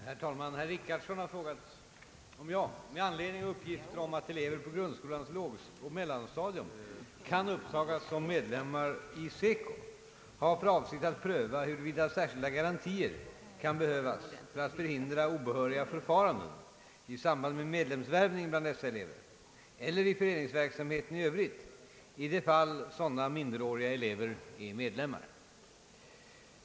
Herr talman! Herr Richardson har frågat om jag, med anledning av uppgifter om att elever på grundskolans lågoch mellanstadium kan upptagas som medlemmar i SECO, har för avsikt att pröva huruvida särskilda garantier kan behövas för att förhindra obehöriga förfaranden i samband med medlemsvärvning bland dessa elever eller i föreningsverksamheten i övrigt i de fall sådana minderåriga elever är medlemmar.